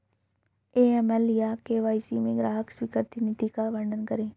AML या KYC में ग्राहक स्वीकृति नीति का वर्णन करें?